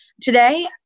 Today